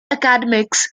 academics